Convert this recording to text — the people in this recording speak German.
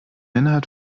inhalt